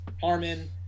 Harmon